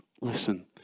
listen